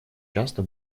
часто